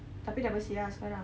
tapi dah bersih ah sekarang